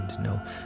no